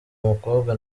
mukobwa